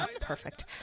Perfect